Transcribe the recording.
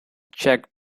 checked